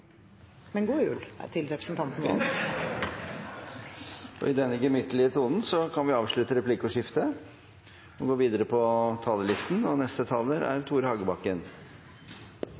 Men god jul til representanten Serigstad Valen. Og i denne gemyttlige tonen kan vi avslutte replikkordskiftet.